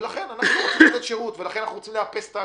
לכן אנחנו לא רוצים לתת שירות ולכן אנחנו רוצים לאפס את האגרות.